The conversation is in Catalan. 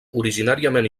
originàriament